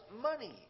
money